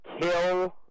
kill